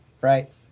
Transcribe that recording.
right